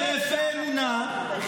הגמרא לא אומרת ככה.